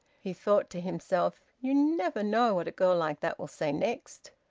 he thought to himself, you never know what a girl like that will say next.